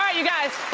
ah you guys,